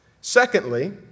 Secondly